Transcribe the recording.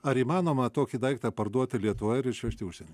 ar įmanoma tokį daiktą parduoti lietuvoje ir išvežti į užsienį